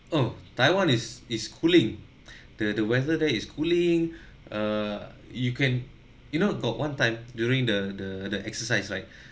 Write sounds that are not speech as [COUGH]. oh taiwan is is cooling [BREATH] the the weather there is cooling [BREATH] err you can you know got one time during the the the exercise right